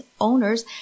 owners